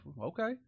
Okay